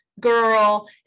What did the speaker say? girl